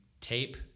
tape